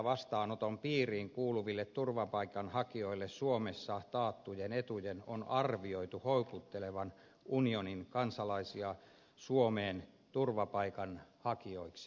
vastaanoton piiriin kuuluville turvapaikanhakijoille suomessa taattujen etujen on arveltu houkuttelevan unionin kansalaisia suomeen turvapaikan hakijoiksi